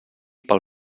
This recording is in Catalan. pel